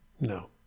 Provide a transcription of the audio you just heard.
No